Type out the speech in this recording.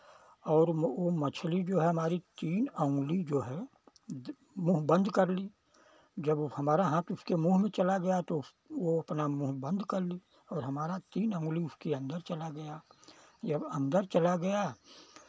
और वो मछली जो है हमारी तीन उंगली जो है मुंह बंद कर ली जब हमारा हाथ उसके मुंह में चला गया तो वो अपना मुंह बंद कर ली और हमारा तीन उंगली उसके अंदर चला गया जब अंदर चला गया